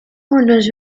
unos